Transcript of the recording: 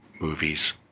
movies